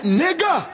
nigga